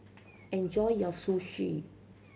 enjoy your Zosui